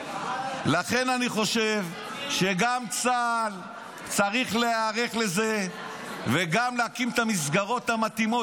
לכן אני חושב שגם צה"ל צריך להיערך לזה וגם להקים את המסגרות המתאימות.